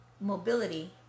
mobility